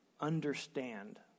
understand